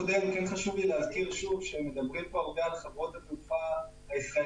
חשוב לי להזכיר שוב שמדברים פה הרבה על חברות התעופה הישראליות,